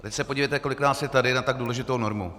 Teď se podívejte, kolik nás je tady na tak důležitou normu.